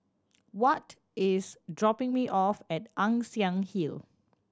Watt is dropping me off at Ann Siang Hill